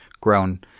grown